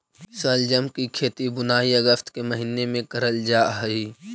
शलजम की खेती बुनाई अगस्त के महीने में करल जा हई